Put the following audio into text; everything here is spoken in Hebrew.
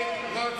חבר